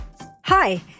Hi